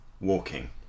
walking